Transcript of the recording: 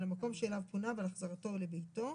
על המקום שאליו פונה ועל החזרתו לביתו.